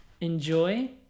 enjoy